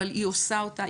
אבל היא עושה אותה,